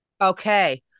Okay